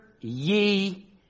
ye